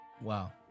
Wow